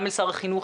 גם אל שר החינוך,